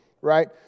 right